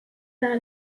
par